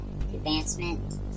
advancement